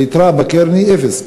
היתרה בקרן היא אפס,